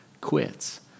quits